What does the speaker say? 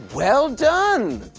well done!